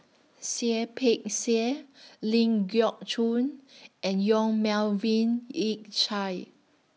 Seah Peck Seah Ling Geok Choon and Yong Melvin Yik Chye